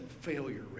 failure